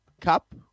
cup